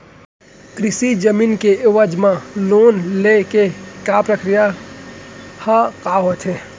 कृषि जमीन के एवज म लोन ले के प्रक्रिया ह का होथे?